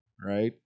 Right